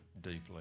deeply